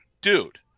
Dude